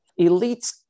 Elites